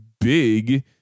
big